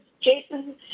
Jason